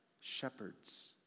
shepherds